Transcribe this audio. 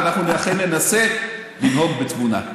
ואנחנו אכן ננסה לנהוג בתבונה.